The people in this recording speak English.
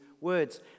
words